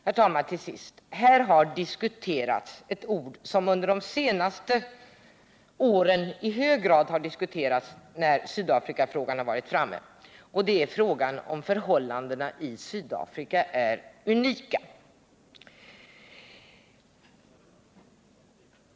Till sist, herr talman: Här har förekommit ett ord som under de senaste åren i hög grad har diskuterats när Sydafrikafrågan varit framme, och det är ordet unik. Är förhållandena i Sydafrika unika?